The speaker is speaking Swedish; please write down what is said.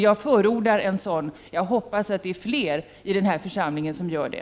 Jag förordar en sådan och hoppas att det är fler i den här församlingen som gör det.